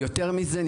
יותר מזה.